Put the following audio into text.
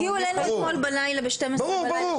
ברור.